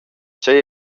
tgei